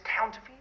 counterfeit